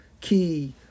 key